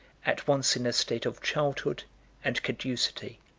at once in a state of childhood and caducity.